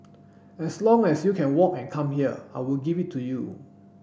as long as you can walk and come here I will give it to you